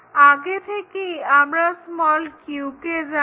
আগে থেকেই আমরা q কে জানি